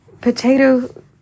Potato